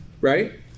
right